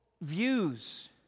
views